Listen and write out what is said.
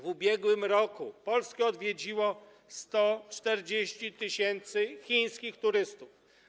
W ubiegłym roku Polskę odwiedziło 140 tys. chińskich turystów.